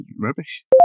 Rubbish